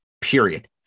period